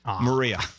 Maria